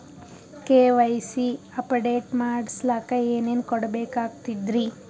KYC update ಮಾಡಸ್ಲಕ ಏನೇನ ಕೊಡಬೇಕಾಗ್ತದ್ರಿ?